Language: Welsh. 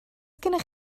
gennych